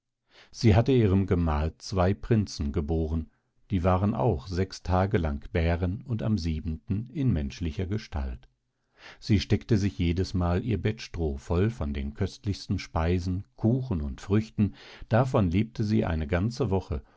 sie hatte ihrem gemahl zwei prinzen geboren die waren auch sechs tage lang bären und am siebenten in menschlicher gestalt sie steckte sich jedesmal ihr bettstroh voll von den köstlichsten speisen kuchen und früchten davon lebte sie die ganze woche